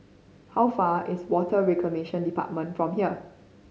how far is Water Reclamation Department from here